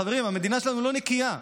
חברים, המדינה שלנו לא נקייה.